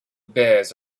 bears